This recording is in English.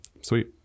Sweet